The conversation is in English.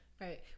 Right